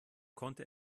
konnte